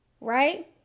Right